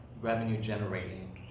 revenue-generating